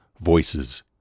Voices